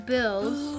Bills